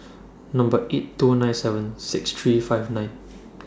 Number eight two nine seven six three five nine